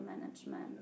management